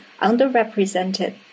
underrepresented